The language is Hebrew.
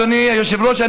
אדוני היושב-ראש,